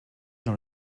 dans